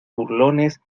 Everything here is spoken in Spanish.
burlones